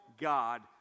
God